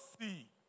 see